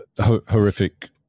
Horrific